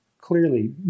clearly